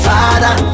Father